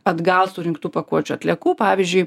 atgal surinktų pakuočių atliekų pavyzdžiui